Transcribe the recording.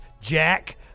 Jack